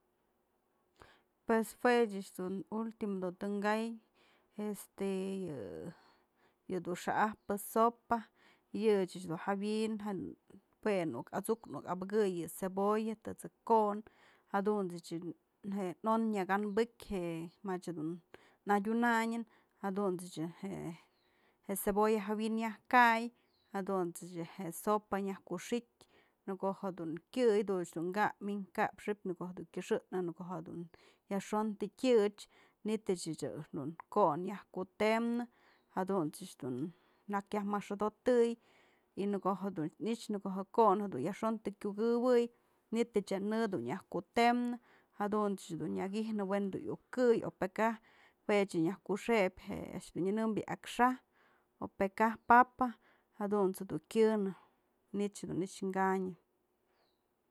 Pues ëch ultimo dun tën ka'ay, este yë dun xa'ajpë sopa, yë ëch dun jawi'in jue nuk at'suk nuk apëkëy yë cebolla, tët's jë ko'on, jadunt's yë, je on nyak anbëkyë je'e më ëch adyunayën jadunch je'e cebolla jawi'in nyaj kay, jadunt's je sopa nyak kuxi'itë, në ko'o jedun kyëy jadun dun kap min kapë xëp në ko'o dun kyëxëknë në ko'o dun yajxon të tyët's manytë ëch jedun ko'o nyaj kutëmnë, jadunt's ëch jak yaj mëxodotëy y në ko'o jedun i'ixë në ko'o je ko'on yajxon të kyukëwëy manytë je në naj kutemnë jadun jedun nyak ijnë wën du iukë këy o p¨]e kaj jue je nyaj kuxëb, je a'ax dun nyënëmbyë akxa'aj o pë kaj papa jadut's dun kyëne, manich dun nëkxë kanyë.